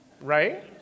right